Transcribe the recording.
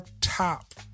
top